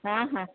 ହଁ ହଁ